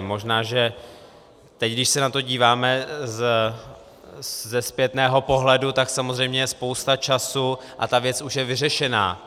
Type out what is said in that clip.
Možná že teď, když se na to díváme ze zpětného pohledu, tak samozřejmě je spousta času a ta věc už je vyřešená.